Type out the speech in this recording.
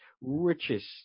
richest